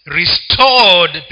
restored